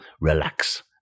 relax